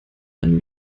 einen